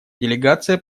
делегация